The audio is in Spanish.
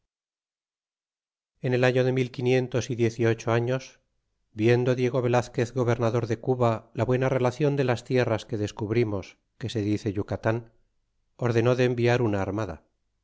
en el año de mil quinientos y diez y ocho arios viendo diego velazquez gobernador de cuba la buena relacion de las tierras que descubrirnos que se dice yucatan ordenó de enviar una armada